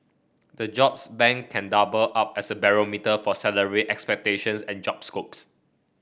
the jobs bank can double up as a barometer for salary expectations and job scopes